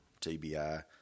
TBI